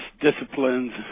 disciplines